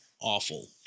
Awful